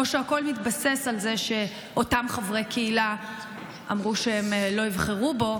או שהכול מתבסס על זה שאותם חברי קהילה אמרו שהם לא יבחרו בו?